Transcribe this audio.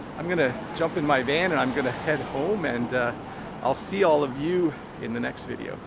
i'm going to jump in my van and i'm going to head home, and i'll see all of you in the next video.